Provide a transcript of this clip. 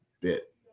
bit